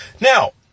Now